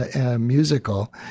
musical